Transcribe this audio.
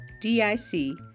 D-I-C